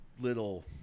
little